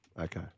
Okay